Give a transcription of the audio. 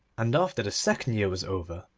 and after the second year was over,